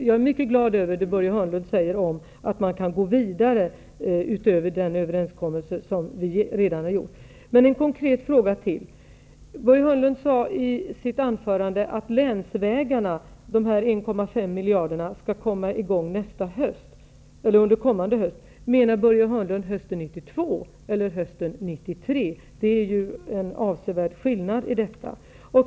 Jag är mycket glad att Börje Hörnlund säger att man kan gå vidare utöver den överenskommelse som redan har träffats. Jag vill ställa en konkret fråga. Börje Hörnlund sade i sitt anförande att projekten med länsvägarna för 1,5 miljarder skall sättas i gång under kommande höst. Menade han då hösten 1992 eller hösten 1993? Det är ju en avsevärd skillnad.